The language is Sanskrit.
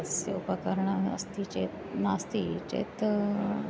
तस्य उपकरण अस्ति चेत् नास्ति चेत्